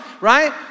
right